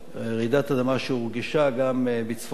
רעידת אדמה שהורגשה גם בצפון הארץ.